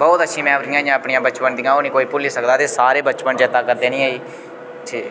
बहुत अच्छी मेमोरियां हियां अपनियां बचपन दियां ओह् निं कोई भु'ल्ली सकदा ते सारे बचपन चेता करदे न